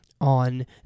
on